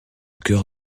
cœur